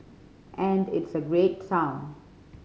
and it's a great